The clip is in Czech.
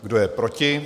Kdo je proti?